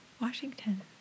Washington